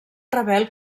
rebel